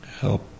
Help